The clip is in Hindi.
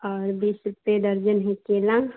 और बीस रुपये दर्जन है केला